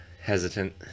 hesitant